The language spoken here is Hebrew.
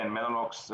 כן מלאנוקס,